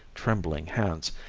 trembling hands,